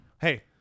Hey